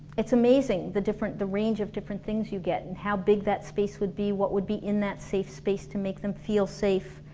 it's amazing, the different the range of different things you get and how big that space would be, what would be in that safe space to make them feel safe